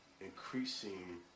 increasing